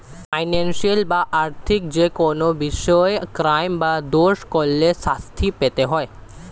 financial বা আর্থিক যেকোনো বিষয়ে ক্রাইম বা দোষ করলে শাস্তি পেতে হয়